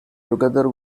together